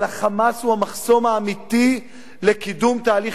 אבל ה"חמאס" הוא המחסום האמיתי לקידום תהליך